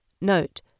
Note